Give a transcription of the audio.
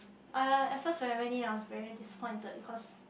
uh at first when I went in I was very disappointed because